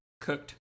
cooked